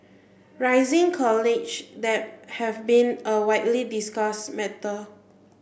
rising college debt has been a widely discussed matter